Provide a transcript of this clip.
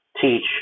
teach